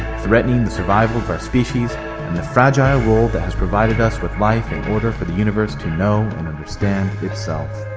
threatening the survival of our species and the fragile world that has provided us but life in order for universe to know and understand itself.